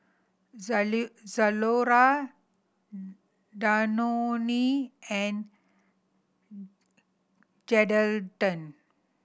Zalora Danone and Geraldton